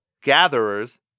Gatherers